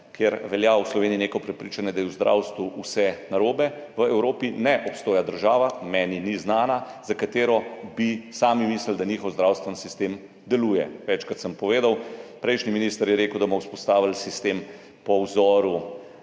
ker velja v Sloveniji neko prepričanje, da je v zdravstvu vse narobe. V Evropi ne obstaja država, meni ni znana, za katero bi sami mislili, da njihov zdravstveni sistem deluje. Večkrat sem povedal, prejšnji minister je rekel, da bomo vzpostavili sistem po vzoru